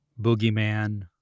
boogeyman